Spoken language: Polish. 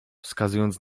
wskazując